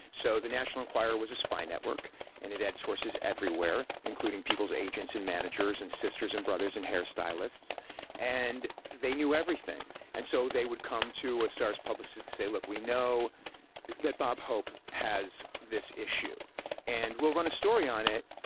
so the national enquirer was a spy network and it had sources everywhere including people's agents and managers and sisters and brothers and hairstylists and they knew everything. and so they would come to a star's publicists say look we know that bob hope has this issue and we'll run a story on it.